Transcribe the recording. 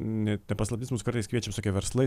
ne nepaslaptis mus kartais kviečia visokie verslai